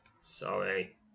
Sorry